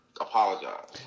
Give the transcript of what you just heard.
Apologize